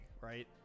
right